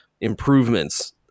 improvements